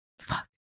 Fuck